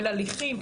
אין הליכים,